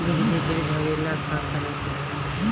बिजली बिल भरेला का करे के होई?